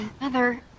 Mother